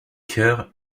cœur